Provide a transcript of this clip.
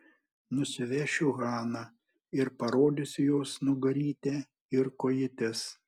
nusivešiu haną ir parodysiu jos nugarytę ir kojytes